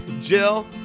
jill